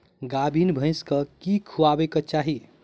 गाभीन भैंस केँ की खुएबाक चाहि?